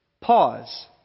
pause